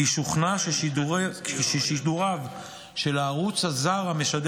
כי שוכנע ששידוריו של הערוץ הזר המשדר